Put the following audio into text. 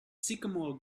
sycamore